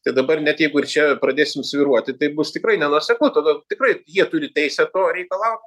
tai dabar net jeigu ir čia pradėsim svyruoti tai bus tikrai nenuoseklu tada tikrai jie turi teisę to reikalaut